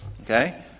Okay